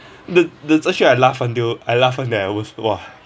the the zheng xuan I laughed until I laughed until I almost !wah!